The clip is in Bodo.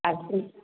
आरो पुट